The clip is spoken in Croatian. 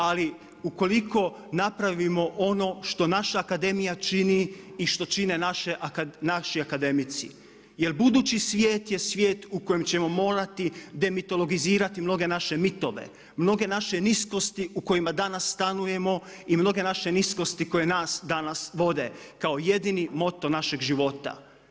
Ali ukoliko napravimo ono što naša akademija čini i što čine naši akademici, jer budući svijet je svijet u kojem ćemo morati demitologizirati mnoge naše mitove, mnoge naše niskosti u kojima danas stanujemo i mnoge naše niskosti koje nas danas vode, kao jedini moto našeg života.